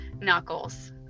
knuckles